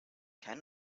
kein